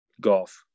Golf